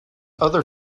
other